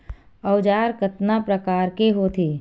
औजार कतना प्रकार के होथे?